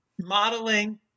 modeling